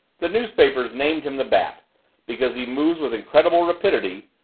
the newspapers named him the bat because he moved with incredible rapidity,